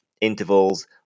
intervals